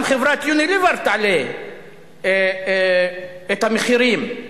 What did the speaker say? גם חברת "יוניליוור" תעלה את המחירים.